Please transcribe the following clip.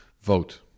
vote